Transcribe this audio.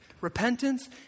Repentance